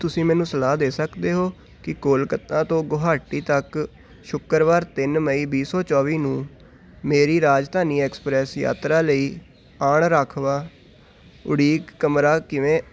ਕੀ ਤੁਸੀਂ ਮੈਨੂੰ ਸਲਾਹ ਦੇ ਸਕਦੇ ਹੋ ਕਿ ਕੋਲਕਾਤਾ ਤੋਂ ਗੁਹਾਟੀ ਤੱਕ ਸ਼ੁੱਕਰਵਾਰ ਤਿੰਨ ਮਈ ਵੀਹ ਸੌ ਚੌਵੀ ਨੂੰ ਮੇਰੀ ਰਾਜਧਾਨੀ ਐਕਸਪ੍ਰੈੱਸ ਯਾਤਰਾ ਲਈ ਅਣ ਰਾਖਵਾਂ ਉਡੀਕ ਕਮਰਾ ਕਿਵੇ